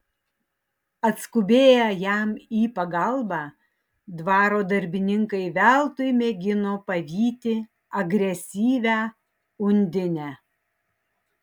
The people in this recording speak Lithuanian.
atskubėję jam į pagalbą dvaro darbininkai veltui mėgino pavyti agresyvią undinę